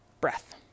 breath